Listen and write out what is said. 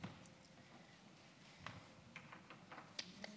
תודה